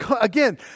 again